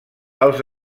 els